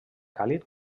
càlid